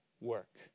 work